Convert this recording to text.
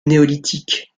néolithique